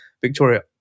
Victoria